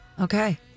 Okay